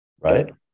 Right